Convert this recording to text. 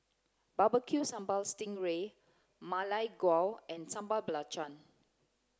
barbecue sambal sting ray ma lai gao and sambal belacan